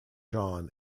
john